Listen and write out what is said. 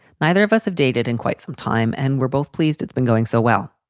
neither of us have dated in quite some time and we're both pleased it's been going so well.